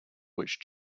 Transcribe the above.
which